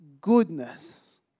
goodness